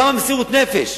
כמה מסירות נפש,